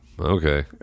Okay